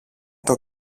τον